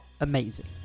amazing